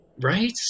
Right